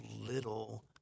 little